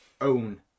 own